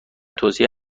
توصیه